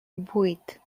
vuit